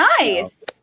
Nice